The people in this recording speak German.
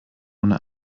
ohne